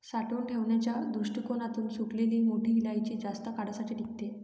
साठवून ठेवण्याच्या दृष्टीकोणातून सुकलेली मोठी इलायची जास्त काळासाठी टिकते